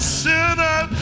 sinner